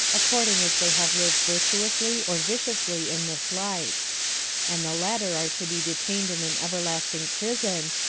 according as they have lived virtuously or viciously in this life and the latter are to be detained in an everlasting prison,